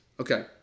Okay